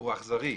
הוא אכזרי.